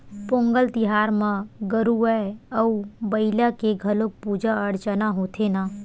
पोंगल तिहार म गरूवय अउ बईला के घलोक पूजा अरचना होथे न